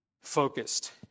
focused